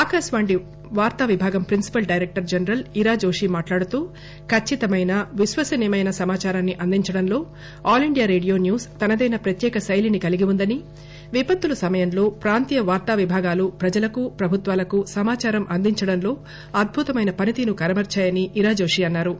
ఆకాశవాణి వార్తావిభాగం principal director general Ira Joshi మాట్లాడుతూ కచ్చితమైన విశ్వసనీయమైన సమాచారాన్ని అందించడంలో ఆలిండియా రేడియో న్యూస్ తనదైన ప్రత్యేక శైలిని కలిగి ఉందని విపత్తుల సమయంలో ప్రాంతీయ వార్తావిభాగాలు ప్రజలకు ప్రభుత్వాలకు సమాచారం అందించడంలో అద్భుతమైన పనితీరు కనబర్చాయని ఇరాజోషి అన్నారు